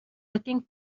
looking